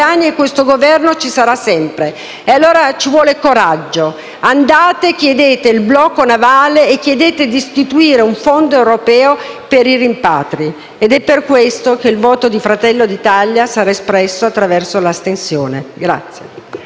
e per questo ci saremo sempre. Ci vuole coraggio: andate, chiedete il blocco navale e chiedete di istituire un fondo europeo per i rimpatri. È per questo che il voto di Fratelli d'Italia sarà espresso attraverso l'astensione.